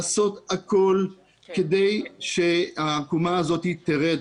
לעשות הכול כדי שהעקומה הזאת תרד,